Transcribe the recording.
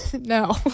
no